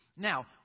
Now